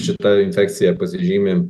šita infekcija pasižymi